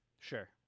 Sure